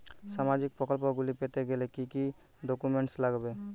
সামাজিক প্রকল্পগুলি পেতে গেলে কি কি ডকুমেন্টস লাগবে?